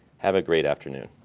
have a great afternoon.